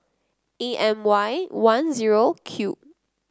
A M Y one zero Q